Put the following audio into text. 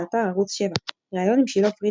באתר ערוץ 7 ריאיון עם שילה פריד,